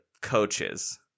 coaches